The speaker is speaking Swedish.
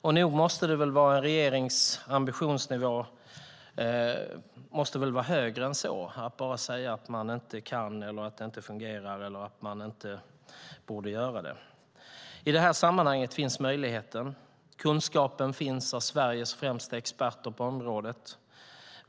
Och nog måste en regerings ambitionsnivå vara högre än att bara säga att man inte kan, att det inte fungerar eller att man inte borde göra det. I detta sammanhang finns möjligheten. Kunskapen finns bland Sveriges främsta experter på området.